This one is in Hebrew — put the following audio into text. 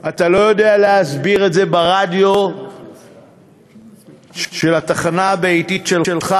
אתה לא יודע להסביר את זה ברדיו של התחנה הביתית שלך,